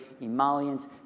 emollients